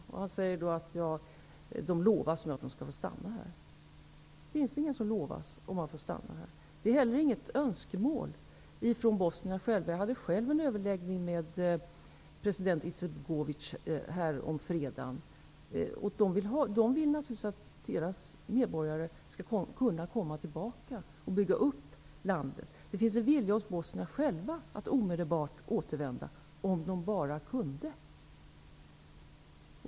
Han säger att de lovas att få stanna här. Det finns inga löften om att få stanna här. Det är heller inget önskemål från bosnierna själva. Jag hade själv en överläggning med president Izetbegovic häromfredagen. De vill naturligtvis att deras medborgare skall kunna komma tillbaka och bygga upp landet. Det finns en vilja hos bosnierna själva att omedelbart återvända, om de bara kunde.